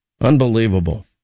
unbelievable